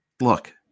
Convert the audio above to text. Look